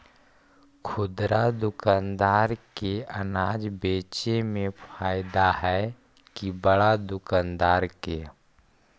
खुदरा दुकानदार के अनाज बेचे में फायदा हैं कि बड़ा दुकानदार के?